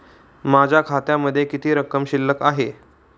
माझ्या खात्यामध्ये किती रक्कम शिल्लक आहे?